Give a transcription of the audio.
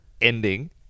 ending